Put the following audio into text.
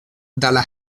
dalla